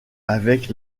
avec